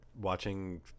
watching